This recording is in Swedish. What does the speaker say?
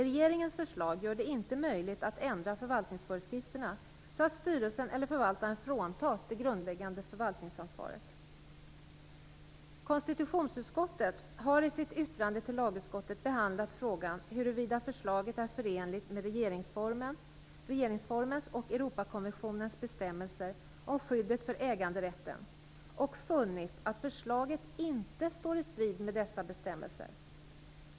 Regeringens förslag gör det inte möjligt att ändra förvaltningsföreskrifterna så att styrelsen eller förvaltaren fråntas det grundläggande förvaltningsansvaret. Konstitutionsutskottet har i sitt yttrande till lagutskottet behandlat frågan huruvida förslaget är förenligt med regeringsformens och Europakonventionens bestämmelser om skyddet för äganderätten och funnit att förslaget inte står i strid med dessa bestämmelser.